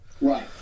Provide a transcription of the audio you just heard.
Right